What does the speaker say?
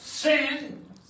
Sin